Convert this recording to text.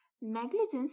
Negligence